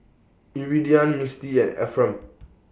Iridian Mistie and Ephram